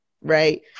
right